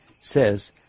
says